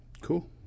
Cool